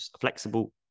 flexible